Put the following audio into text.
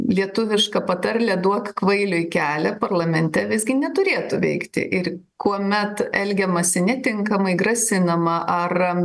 lietuviška patarlė duok kvailiui kelią parlamente visgi neturėtų veikti ir kuomet elgiamasi netinkamai grasinama ar